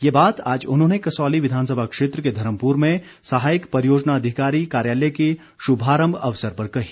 ये बात आज उन्होंने कसौली विधानसभा क्षेत्र के धर्मपुर में सहायक परियोजना अधिकारी कार्यालय के श्भारंभ अवसर पर कही